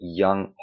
young